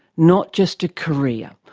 not just a career.